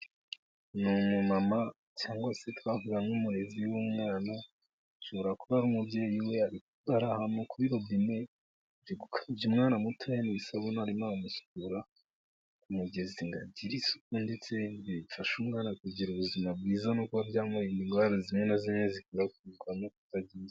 Ni umumama cyangwa se twavuga nk'umurezi w'umwana ashobora kuba umubyeyi we, ari ahantu kuri robine ari gukarabya umwana muto n'isabune, ari kumusukura ngo agire isuku ndetse bifasha umwana kugira ubuzima bwiza, no kuba byamurinda indwara zimwe na zimwe zikwirakwizwa no kutagira isuku.